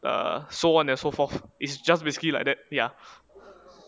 err so on and so forth is just basically like that ya